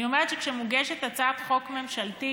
אני אומרת שכשמוגשת הצעת חוק ממשלתית,